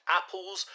apples